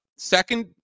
Second